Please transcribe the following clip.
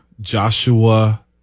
Joshua